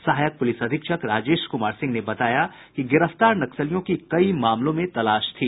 सहायक पुलिस अधीक्षक राजेश कुमार सिंह ने बताया कि गिरफ्तार नक्सलियों की कई मामलों में तलाश थी